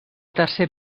tercer